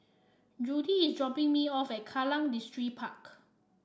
Judy is dropping me off at Kallang Distripark